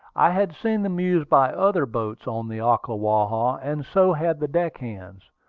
i had seen them used by other boats on the ocklawaha, and so had the deck-hands.